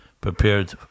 prepared